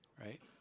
right